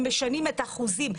הם משנים את החוזים.